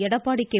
Edappadi K